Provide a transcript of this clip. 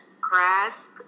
grasp